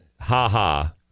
ha-ha